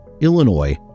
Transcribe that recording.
Illinois